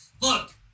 look